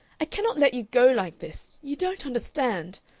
i cannot let you go like this! you don't understand.